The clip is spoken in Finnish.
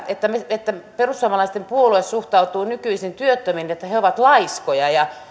että perussuomalaisten puolue suhtautuu nykyisin työttömiin niin että he he ovat laiskoja